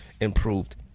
improved